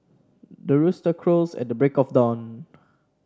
the rooster crows at the break of dawn